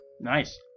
Nice